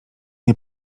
nie